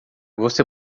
você